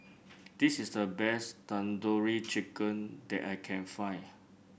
this is the best Tandoori Chicken that I can find